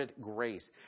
grace